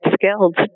skilled